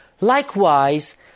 Likewise